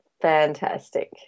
fantastic